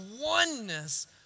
oneness